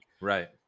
right